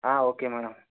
okay madam